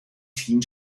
team